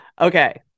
Okay